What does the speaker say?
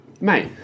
mate